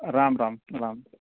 Ram Ram Ram